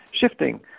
shifting